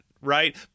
right